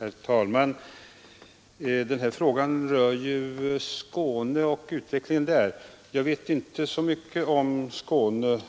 Herr talman! Den här frågan rör Skåne och utvecklingen där. Jag vet inte så mycket om Skåne